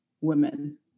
women